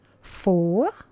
four